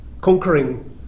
conquering